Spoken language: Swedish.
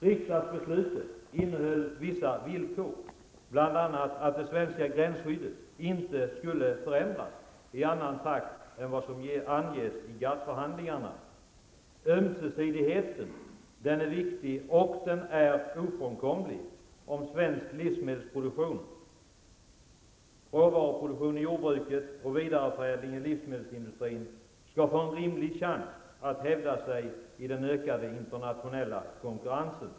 Riksdagsbeslutet innehöll vissa villkor, bl.a. att det svenska gränsskyddet inte skulle förändras i annan takt än vad som anges i GATT-förhandlingarna. Ömsesidigheten är viktig och ofrånkomlig om svensk livsmedelsproduktion, råvaruproduktion i jordbruket och vidareförädling i livsmedelsindustrin skall få en rimlig chans att hävda sig i den ökade internationella konkurrensen.